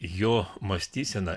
jo mąstyseną